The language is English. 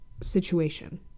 situation